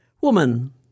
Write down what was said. Woman